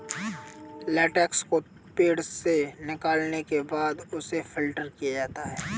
latex को पेड़ से निकालने के बाद उसे फ़िल्टर किया जाता है